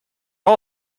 all